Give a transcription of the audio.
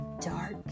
dark